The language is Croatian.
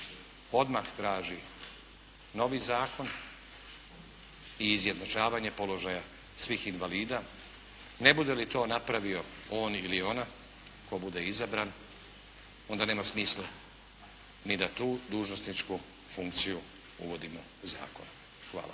odmah traži novi zakon i izjednačavanje položaja svih invalida, ne bude li to napravi on ili ona, tko bude izabran, onda nema smisla ni da tu dužnosničku funkciju uvodimo zakonom. Hvala.